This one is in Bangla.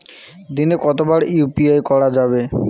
দিনে কতবার ইউ.পি.আই করা যাবে?